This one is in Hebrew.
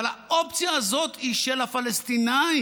אבל האופציה הזאת היא של הפלסטינים.